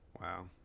Wow